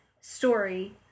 story